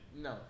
No